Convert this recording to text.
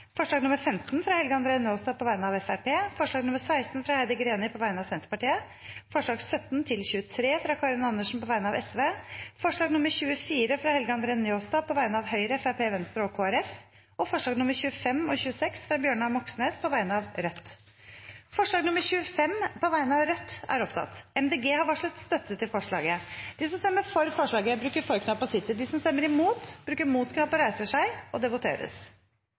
forslag nr. 11, fra Stein Erik Lauvås på vegne av Arbeiderpartiet forslagene nr. 12–14, fra Heidi Greni på vegne av Senterpartiet og Sosialistisk Venstreparti forslag nr. 15, fra Helge André Njåstad på vegne av Fremskrittspartiet forslag nr. 16, fra Heidi Greni på vegne av Senterpartiet forslagene nr. 17–23, fra Karin Andersen på vegne av Sosialistisk Venstreparti forslag nr. 24, fra Helge André Njåstad på vegne av Høyre, Fremskrittspartiet, Venstre og Kristelig Folkeparti forslagene nr. 25 og 26, fra Bjørnar Moxnes på vegne av Rødt Det voteres